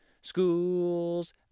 Schools